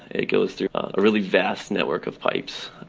it goes through a really vast network of pipes,